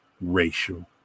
racial